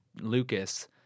Lucas